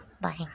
Bye